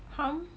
hum